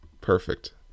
Perfect